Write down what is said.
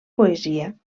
poesia